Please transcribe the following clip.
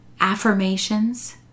Affirmations